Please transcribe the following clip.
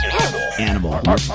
Animal